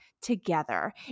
together